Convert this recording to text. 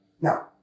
Now